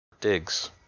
digs